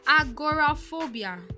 Agoraphobia